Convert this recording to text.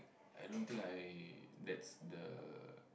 i don't think I that's the